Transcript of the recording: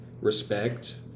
respect